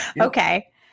Okay